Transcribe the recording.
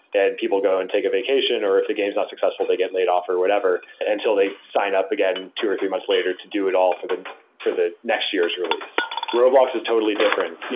and people go and take a vacation or if the game is not successful, they get laid off or whatever, until they sign up again two or three months later to do it all for the for the next year's release roblox is totally different. yeah